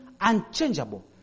unchangeable